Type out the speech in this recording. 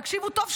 תקשיבו טוב,